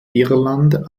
irland